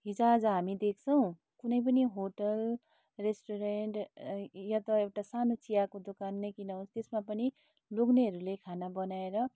हिजआज हामी देख्छौँ कुनै पनि होटेल रेस्टुरेन्ट या त एउटा सानो चियाको दोकान नै किन होस् त्यसमा पनि लोग्नेहरूले खाना बनाएर